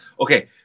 Okay